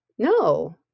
no